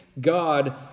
God